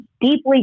deeply